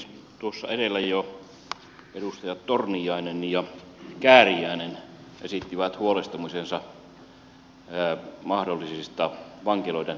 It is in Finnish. tuossa edellä jo edustajat torniainen ja kääriäinen esittivät huolestumisensa mahdollisista vankiloiden lakkauttamispäätöksistä